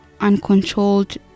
uncontrolled